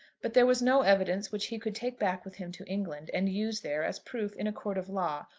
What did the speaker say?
but there was no evidence which he could take back with him to england and use there as proof in a court of law,